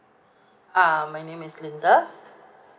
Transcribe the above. uh my name is linda